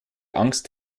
angst